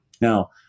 Now